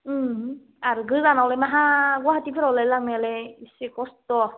आरो गोजानावलाय माहा गुवाहाटिफोरावलाय लांनायालाय बेसे खस्थ'